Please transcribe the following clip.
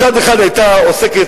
מצד אחד היתה עוסקת,